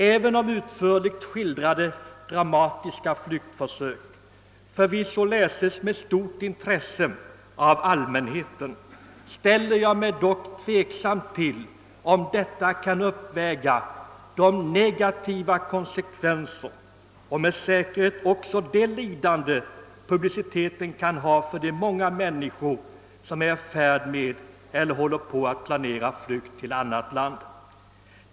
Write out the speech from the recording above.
Även om utförligt skildrade dramatiska flyktförsök förvisso läses med stort intresse av allmänheten, ställer jag mig tveksam till om detta kan uppväga de negativa konsekvenser, liksom också det lidande, som publiciteten säkert kan medföra för många människor som är i färd med att planera flykt till annat land.